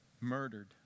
Murdered